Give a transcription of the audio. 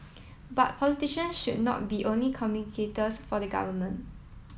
but politician should not be only communicators for the government